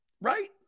right